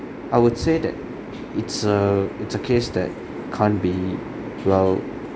I would say that it's a it's a case that can't be well